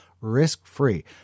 risk-free